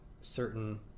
certain